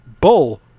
bull